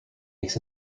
makes